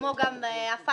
כמו גם הפטקא,